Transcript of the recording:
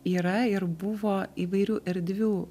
yra ir buvo įvairių erdvių